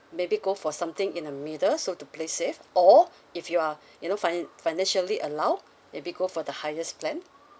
maybe go for something in the middle so to play safe or if you are you know fina~ financially allowed maybe go for the highest plan